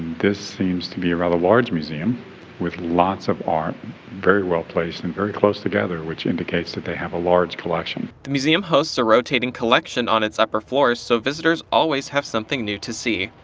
this seems to be a rather large museum with lots of art very well placed, and very close together, which indicates that they have a large collection. the museum hosts a rotating collection on its upper floors so visitors always have something new to see.